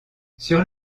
sur